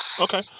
okay